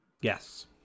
Yes